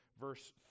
verse